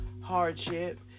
hardship